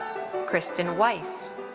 kristin weiss.